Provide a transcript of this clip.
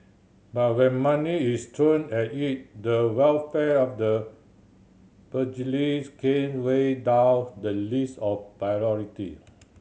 but when money is thrown at it the welfare of the pugilists came way down the list of priority